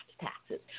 taxes